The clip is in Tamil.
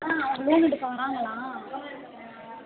ஆ அவங்க லோன் எடுக்க வராங்களாம் லோன் எடுக்க வராங்களா